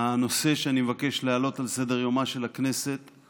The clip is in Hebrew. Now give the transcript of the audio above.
הנושא שאני מבקש להעלות על סדר-יומה של הכנסת הוא